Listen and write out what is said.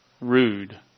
rude